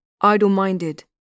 idle-minded